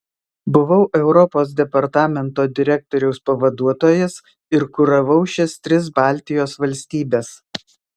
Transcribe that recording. buvau europos departamento direktoriaus pavaduotojas ir kuravau šias tris baltijos valstybes